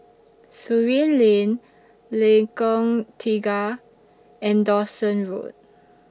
Surin Lane Lengkong Tiga and Dawson Road